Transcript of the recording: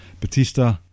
Batista